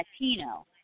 Latino